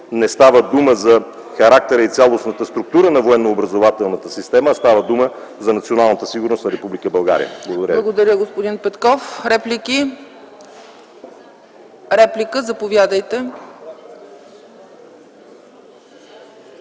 не става дума за характера и цялостната структура на военнообразователната система, а става дума за националната сигурност на Република България. Благодаря. ПРЕДСЕДАТЕЛ ЦЕЦКА ЦАЧЕВА: Благодаря, господин Петков. Реплики има ли? Заповядайте,